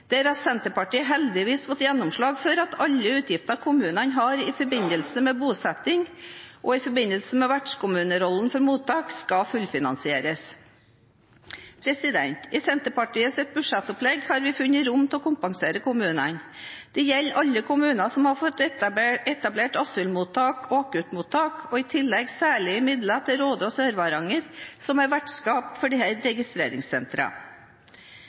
Der har Senterpartiet heldigvis fått gjennomslag for at alle utgifter kommunene har i forbindelse med bosetting og i forbindelse med vertskommunerollen for mottak, skal fullfinansieres. I Senterpartiets budsjettopplegg har vi funnet rom for å kompensere kommunene. Det gjelder alle kommuner som har fått etablert asylmottak og akuttmottak, og i tillegg særlige midler til Råde og Sør-Varanger, som er vertskap for